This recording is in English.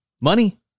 Money